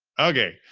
okay,